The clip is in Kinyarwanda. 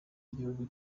igihugu